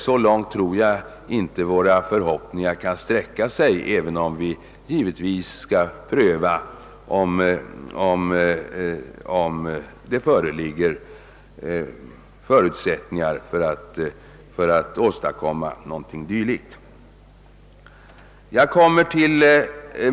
Så långt tror jag inte våra förhoppningar kan sträcka sig, även om vi givetvis skall pröva, om det föreligger förutsättningar för att åstadkomma något dylikt.